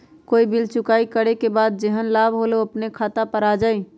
कोई बिल चुकाई करे के बाद जेहन लाभ होल उ अपने खाता पर आ जाई?